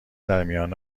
درمیان